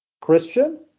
Christian